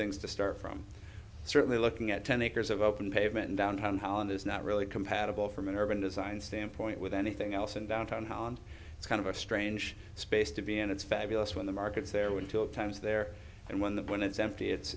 things to start from certainly looking at ten acres of open pavement in downtown holland is not really compatible from an urban design standpoint with anything else in downtown how and it's kind of a strange space to be in it's fabulous when the market's there when two times there and when the when it's empty it's